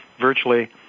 virtually